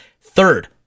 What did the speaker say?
third